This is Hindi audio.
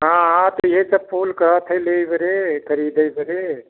हाँ हाँ तो यह सब फूल कहात है लेबरे खरीदे बे